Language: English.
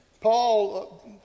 Paul